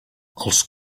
els